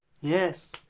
Yes